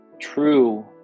true